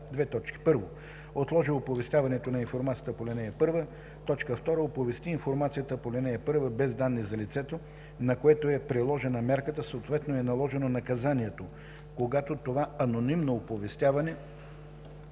може да: 1. отложи оповестяването на информацията по ал. 1; 2. оповести информацията по ал. 1 без данни за лицето, на което е приложена мярката, съответно е наложено наказанието, когато това анонимно оповестяване